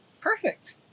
Perfect